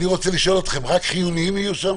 אני רוצה לשאול האם יהיו שם